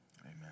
Amen